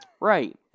Right